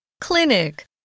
Clinic